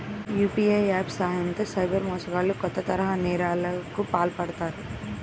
UPI apps సాయంతో cyber మోసగాళ్లు కొత్త తరహా నేరాలకు పాల్పడుతున్నారు